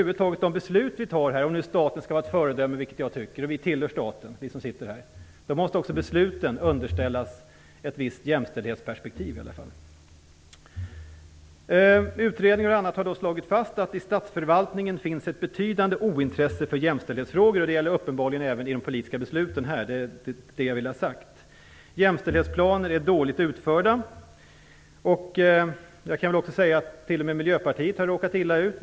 Om nu staten - vi som sitter här tillhör staten - skall vara ett föredöme, vilket jag tycker, måste också besluten underställas ett visst jämställdhetsperspektiv. Utredningar har slagit fast att det i statsförvaltningen finns ett betydande ointresse för jämställdhetsfrågor; det gäller uppenbarligen även för de politiska besluten som fattas här, det vill jag ha sagt. Jämställdhetsplaner är också dåligt utförda. Jag kan säga att t.o.m. Miljöpartiet har råkat illa ut.